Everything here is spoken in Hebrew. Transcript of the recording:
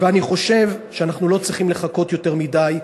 ואני חושב שאנחנו לא צריכים לחכות יותר מדי,